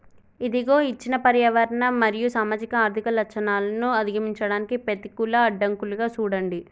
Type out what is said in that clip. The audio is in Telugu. ఇదిగో ఇచ్చిన పర్యావరణ మరియు సామాజిక ఆర్థిక లచ్చణాలను అధిగమించడానికి పెతికూల అడ్డంకులుగా సూడండి